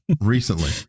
Recently